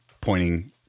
pointing